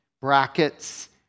brackets